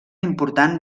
important